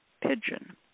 pigeon